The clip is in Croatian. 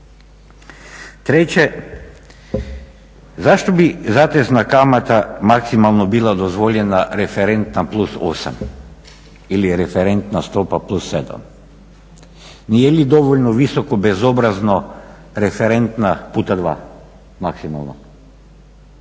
Treće, zašto bi zatezna kamata maksimalno bila dozvoljena referentna plus 8 ili referentna stopa plus 7? Nije li dovoljno visoko bezobrazno referentna puta 2 maksimalno?